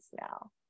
now